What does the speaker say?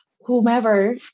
whomever